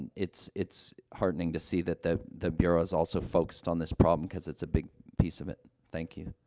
it's it's heartening to see that the the bureau is also focused on this problem, because it's a big piece of it. thank you.